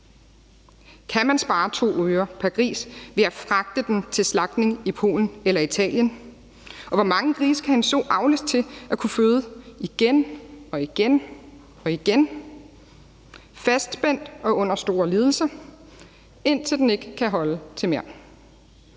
Kan man spare to ører pr. gris ved at fragte dem til slagtning i Polen eller Italien? Og hvor mange grise kan en so avles til at kunne føde igen og igen og igen fastspændt og under store lidelser, indtil den ikke kan holde til mere.